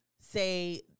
say